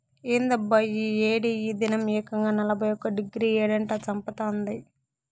ఏందబ్బా ఈ ఏడి ఈ దినం ఏకంగా నలభై ఒక్క డిగ్రీ ఎండట చంపతాంది